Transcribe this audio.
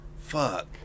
Fuck